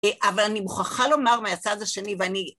אבל אני מוכרחה לומר מהצד השני, ואני